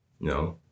No